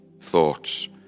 thoughts